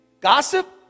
gossip